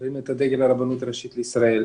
מרים את הדגל הרבנות הראשית לישראל,